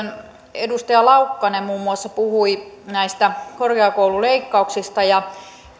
edustaja laukkanen muun muassa puhui näistä korkeakoululeikkauksista ja